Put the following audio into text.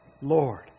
Lord